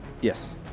Yes